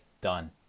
Done